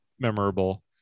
memorable